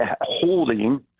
holding